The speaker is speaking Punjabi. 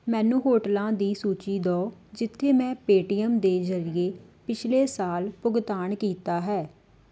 ਮੈਨੂੰ ਹੋਟਲਾਂ ਦੀ ਸੂਚੀ ਦਿਉ ਜਿੱਥੇ ਮੈਂ ਪੇਟੀਐੱਮ ਦੇ ਜ਼ਰੀਏ ਪਿਛਲੇ ਸਾਲ ਭੁਗਤਾਨ ਕੀਤਾ ਹੈ